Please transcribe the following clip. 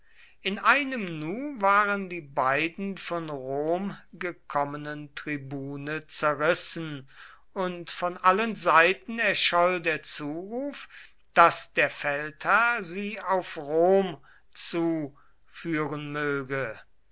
in einem nu waren die beiden von rom gekommenen tribune zerrissen und von allen seiten erscholl der zuruf daß der feldherr sie auf rom zu führen möge